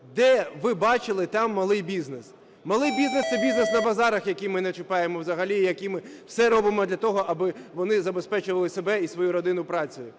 Де ви бачили там малий бізнес? Малий бізнес – це бізнес на базарах, який ми не чіпаємо взагалі, який, ми все робимо для того, аби вони забезпечували себе і свою родину працею.